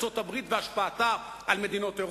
העצירה ליד יושבת-ראש האופוזיציה בעשר הדקות.